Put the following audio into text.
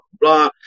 blah